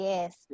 Yes